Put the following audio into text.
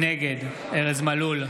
נגד ארז מלול,